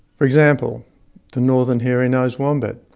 for example the northern hairy-nosed wombat.